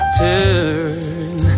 turn